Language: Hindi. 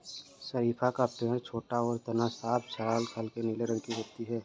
शरीफ़ा का पेड़ छोटा और तना साफ छाल हल्के नीले रंग की होती है